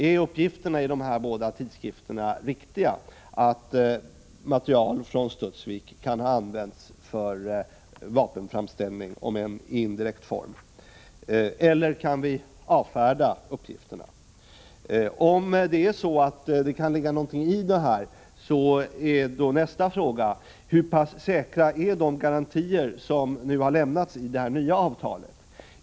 Är uppgifterna i de båda angivna tidskrifterna riktiga, att material från Studsvik kan ha använts för vapenframställning om än i indirekt form, eller kan vi avfärda uppgifterna? Om det kan ligga någonting i dessa uppgifter blir min nästa fråga: Hur pass säkra är de garantier som nu har lämnats i det nya avtalet?